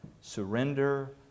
Surrender